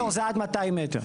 תקרת הפטור זה עד 200 מ"ר.